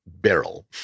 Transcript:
barrel